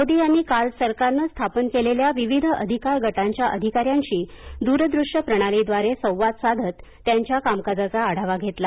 मोदी यांनी काल सरकारनं स्थापन केलेल्या विविध अधिकार गटांच्या अधिकाऱ्यांशी दूर दृश्य प्रणालीद्वारे संवाद साधत त्यांच्या कामकाजाचा आढावा घेतला